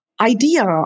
idea